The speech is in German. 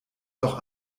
doch